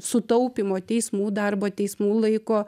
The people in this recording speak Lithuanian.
sutaupymo teismų darbo teismų laiko